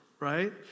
right